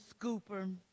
scooper